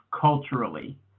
culturally